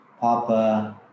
papa